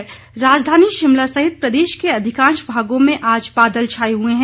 मौसम राजधानी शिमला सहित प्रदेश के अधिकांश भागों में आज बादल छाए हुए है